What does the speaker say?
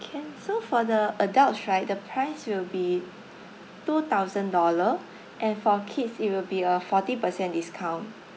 can so for the adults right the price will be two thousand dollar and for kids it will be a forty percent discount